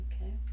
okay